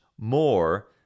more